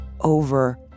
over